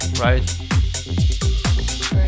right